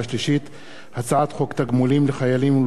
הצעת חוק תגמולים לחיילים ולבני משפחותיהם